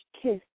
kiss